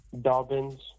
Dobbins